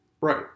Right